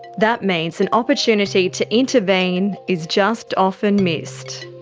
that means an opportunity to intervene is just often missed.